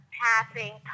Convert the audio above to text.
passing